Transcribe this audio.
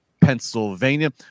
Pennsylvania